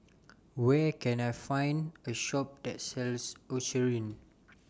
Where Can I Find A Shop that sells Eucerin